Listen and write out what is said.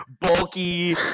bulky